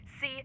See